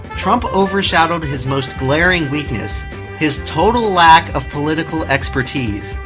trump overshadowed his most glaring weakness his total lack of political expertise.